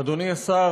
אדוני השר,